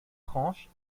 tranche